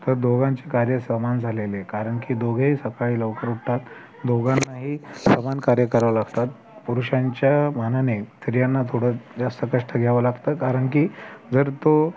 तर दोघांचे कार्य समान झालेले कारण की दोघेही सकाळी लवकर उठतात दोघांनाही समान कार्य करावे लागतात पुरुषांच्या मानाने स्त्रियांना थोडं जास्त कष्ट घ्यावं लागतं कारण की जर तो